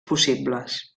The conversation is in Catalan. possibles